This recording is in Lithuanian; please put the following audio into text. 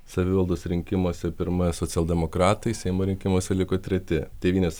savivaldos rinkimuose pirmauja socialdemokratai seimo rinkimuose liko treti tėvynės